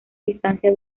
distancia